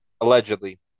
allegedly